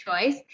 choice